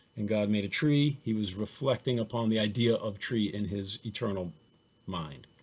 and god made a tree, he was reflecting upon the idea of tree in his eternal mind.